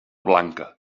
blanca